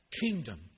kingdom